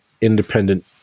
independent